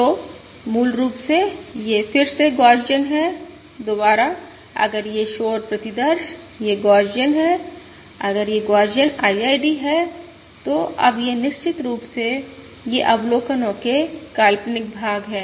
तो मूल रूप से ये फिर से गौसियन हैं दोबारा अगर ये शोर प्रतिदर्श ये गौसियन हैं अगर ये गौसियन IID हैं तो अब ये निश्चित रूप से ये अवलोकनो के काल्पनिक भाग हैं